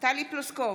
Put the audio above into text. טלי פלוסקוב,